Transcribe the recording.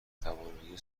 توانایی